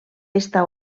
està